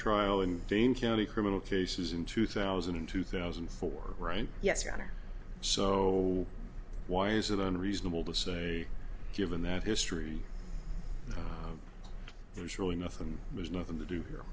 trial in dane county criminal cases in two thousand and two thousand and four right yes your honor so why is it unreasonable to say given that history there's really nothing there's nothing to do here